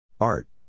Art